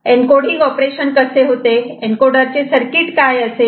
encoding operation कसे होते encoder चे सर्किट काय असेल